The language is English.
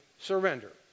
surrender